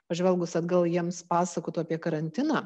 pažvelgus atgal jiems pasakotų apie karantiną